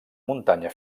muntanya